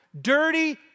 Dirty